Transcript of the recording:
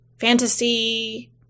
fantasy